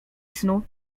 snu